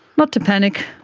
not to panic,